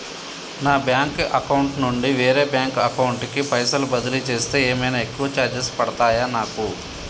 నా bank account నుండి వేరే బ్యాంక్ అకౌంట్ కి పైసల్ బదిలీ చేస్తే ఏమైనా ఎక్కువ చార్జెస్ పడ్తయా నాకు?